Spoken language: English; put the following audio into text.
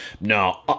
no